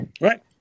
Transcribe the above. Right